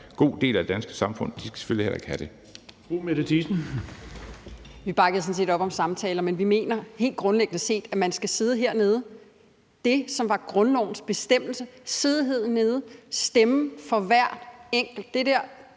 god del af det danske samfund, selvfølgelig heller ikke skal have det.